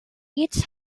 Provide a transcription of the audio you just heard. its